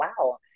wow